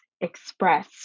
express